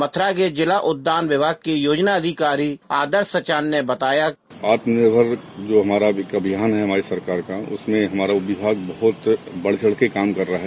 मथुरा के जिला उद्यान विभाग के योजना अधिकारी आदर्श सचान ने बताया आत्मनिर्भर जो हमारा अभियान है हमारी सरकार का उसमें हमारा विभाग बहुत बढ़चढ़ कर काम कर रहा है